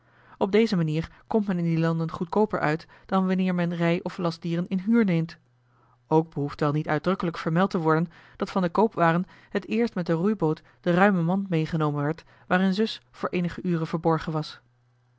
op deze manier komt men in die landen goedkooper uit dan wanneer men rij of lastdieren in huur neemt ook behoeft wel niet uitdrukkelijk vermeld te worden dat van de koopwaren het eerst met de roeiboot de ruime mand meegenomen werd waarin zus voor eenige uren verborgen was